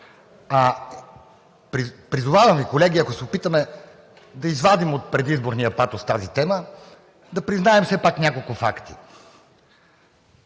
Призовавам Ви, колеги, ако се опитаме да извадим от предизборния патос тази тема, да признаем все пак няколко факта.